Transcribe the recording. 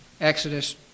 Exodus